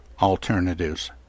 alternatives